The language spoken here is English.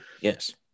yes